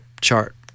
chart